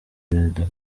perezida